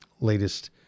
latest